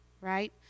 right